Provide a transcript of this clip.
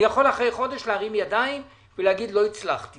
אני יכול אחרי חודש להרים ידיים ולהגיד שלא הצלחתי